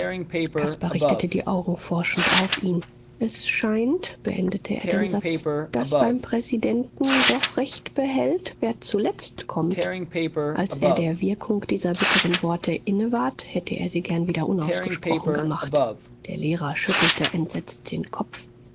caspar richtete die augen forschend auf ihn es scheint beendete er den satz daß beim präsidenten doch recht behält wer zuletzt kommt als er der wirkung dieser bitteren worte inne ward hätte er sie gern wieder ungesprochen gemacht der lehrer schüttelte entsetzt den kopf